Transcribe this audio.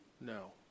No